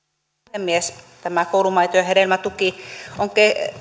puhemies tämä koulumaito ja hedelmätuki on